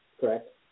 correct